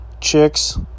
chicks